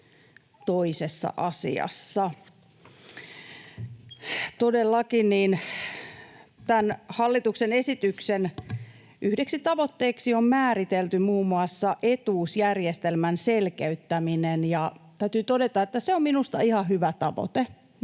Todellakin tämän hallituksen esityksen yhdeksi tavoitteeksi on määritelty muun muassa etuusjärjestelmän selkeyttäminen. Ja täytyy todeta, että se on minusta ihan hyvä tavoite